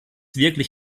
wirklich